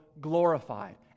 glorified